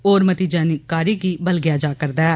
होर मती जानकारी गी बलगेया जा रदा ऐ